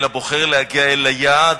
אלא בוחר להגיע אל היעד